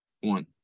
one